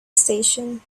station